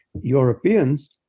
Europeans